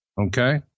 okay